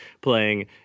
playing